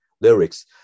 lyrics